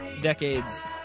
decades